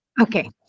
Okay